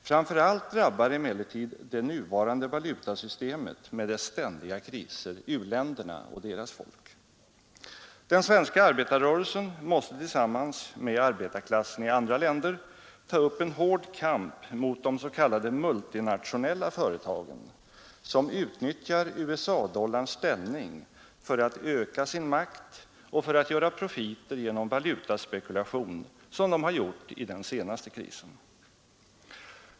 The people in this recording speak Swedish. Framför allt drabbar emellertid det nuvarande valutasystemet med dess ständiga kriser u-länderna och deras folk. Den svenska arbetarrörelsen måste tillsammans med arbetarklassen i andra länder ta upp en hård kamp mot de s.k. multinationella företagen, som utnyttjar USA-dollarns ställning för att öka sin makt och för att göra profiter genom valutaspekulation, som de har gjort i den senaste krisen.